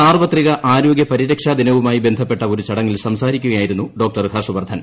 സാർവത്രിക ആരോഗൃ പരിരക്ഷാ ദിനവുമായി ബന്ധപ്പെട്ട ഒരു ചടങ്ങിൽ സംസാരിക്കുകയായിരുന്നു ഡോക്ടർ ഹർഷ്വർധൻ